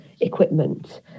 equipment